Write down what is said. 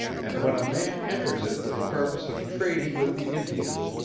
and when a man enters it for the purpose of trading with the indians,